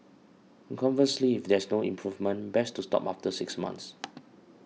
conversely if there is no improvement best to stop after six months